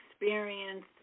experience